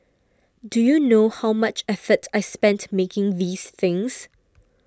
do you know how much effort I spent making these things